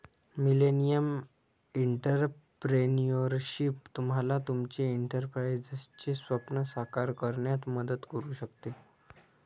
millennial entrepreneurship तुम्हाला तुमचे एंटरप्राइझचे स्वप्न साकार करण्यात मदत करू शकते